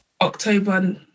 October